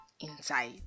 inside